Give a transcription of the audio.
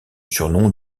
surnom